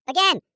Again